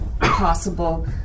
possible